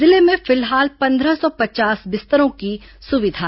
जिले में फिलहाल पंद्रह सौ पचास बिस्तरों की सुविधा है